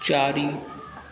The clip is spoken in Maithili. चारि